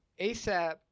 ASAP